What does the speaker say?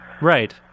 Right